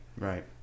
Right